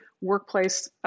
workplace